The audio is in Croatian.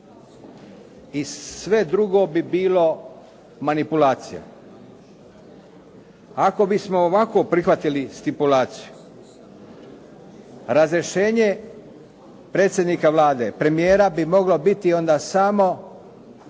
i sve drugo bi bilo manipulacija. Ako bismo ovako prihvatili stipulaciju, razrješenje predsjednika Vlade, premijera bi moglo biti onda samo